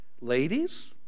Ladies